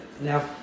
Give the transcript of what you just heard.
now